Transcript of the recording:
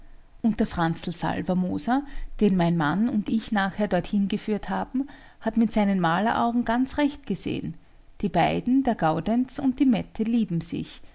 und der franzl salvermoser den mein mann und ich nachher dorthin geführt haben hat mit seinen maleraugen ganz recht gesehen die beiden der gaudenz und die mette lieben sich